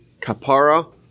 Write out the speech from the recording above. kapara